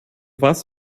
warst